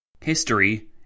History